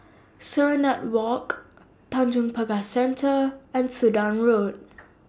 Serenade Walk Tanjong Pagar Centre and Sudan Road